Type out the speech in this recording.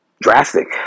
Drastic